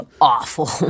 awful